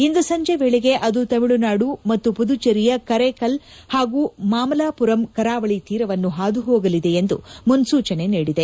ಇಂದು ಸಂಜೆ ವೇಳೆಗೆ ಅದು ತಮಿಳುನಾಡು ಮತ್ತು ಪುದುಚೆರಿಯ ಕರೆಕಲ್ ಮತ್ತು ಮಾಮಲಮರಂ ಕರಾವಳಿ ತೀರವನ್ನು ಹಾದುಹೋಗಲಿದೆ ಎಂದು ಮುನೂಚನೆ ನೀಡಿದೆ